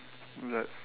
the